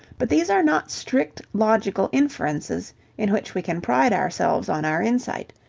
but these are not strict logical inferences in which we can pride ourselves on our insight,